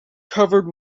covered